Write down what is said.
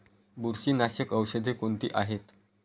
बुरशीनाशक औषधे कोणती आहेत?